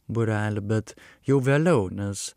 būrelį bet jau vėliau nes